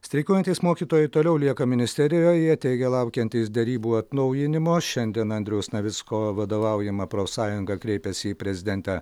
streikuojantys mokytojai toliau lieka ministerijoje jie teigia laukiantys derybų atnaujinimo šiandien andriaus navicko vadovaujama profsąjunga kreipėsi į prezidentę